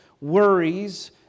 worries